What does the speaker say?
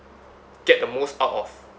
get the most out of